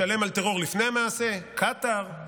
לשלם על טרור לפני המעשה, קטאר,